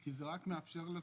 תעשו את זה כמה שאפשר קצר.